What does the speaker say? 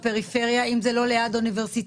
בפריפריה אם זה לא ליד אוניברסיטאות?